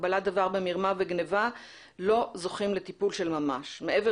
קבלת דבר במרמה וגנבה לא זוכים לטיפול של ממש מעבר